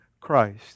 Christ